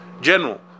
general